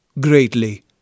greatly